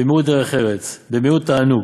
במיעוט דרך ארץ, במיעוט תענוג,